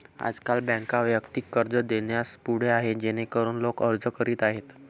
आजकाल बँका वैयक्तिक कर्ज देण्यास पुढे आहेत जेणेकरून लोक अर्ज करीत आहेत